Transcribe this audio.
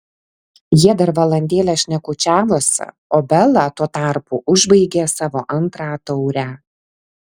jie dar valandėlę šnekučiavosi o bela tuo tarpu užbaigė savo antrą taurę